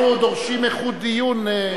אנחנו דורשים איכות דיון.